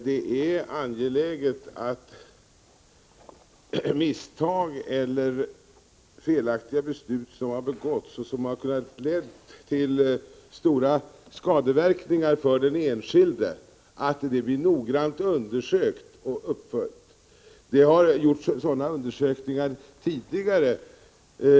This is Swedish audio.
Det är angeläget att felaktiga beslut eller misstag som har begåtts och som kan ha lett till stora skadeverkningar för den enskilde noggrant undersöks och följs upp. Det har gjorts sådana undersökningar tidigare.